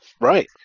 Right